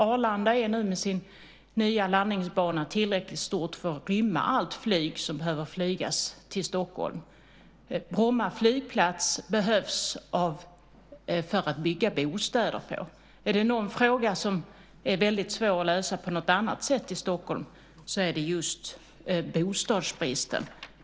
Arlanda är nu med sin nya landningsbana tillräckligt stort för att rymma allt flyg som behöver flygas till Stockholm. Bromma flygplats behövs för att man ska kunna bygga bostäder där. Är det någon fråga som är väldigt svår att lösa på något annat sätt i Stockholm så är det just bostadsbristen.